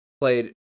played